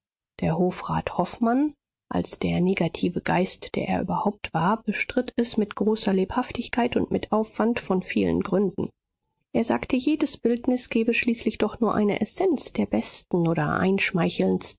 der hofrat hofmann als der negative geist der er überhaupt war bestritt es mit großer lebhaftigkeit und mit aufwand von vielen gründen er sagte jedes bildnis gebe schließlich doch nur eine essenz der besten oder einschmeichelndsten